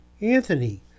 Anthony